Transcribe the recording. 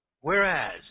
Whereas